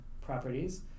properties